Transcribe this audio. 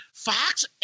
Fox